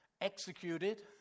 executed